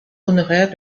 honoraire